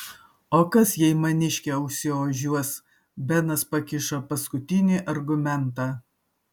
o kas jei maniškė užsiožiuos benas pakišo paskutinį argumentą